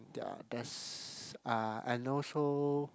their there's uh and also